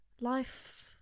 life